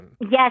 Yes